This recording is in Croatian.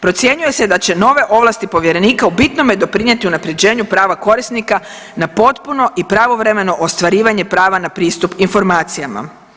Procjenjuje se da će nove ovlasti povjerenika u bitnome doprinjeti unaprjeđenju prava korisnika na potpuno i pravovremeno ostvarivanje prava na pristup informacijama.